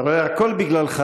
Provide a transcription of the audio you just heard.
אתה רואה, הכול בגללך.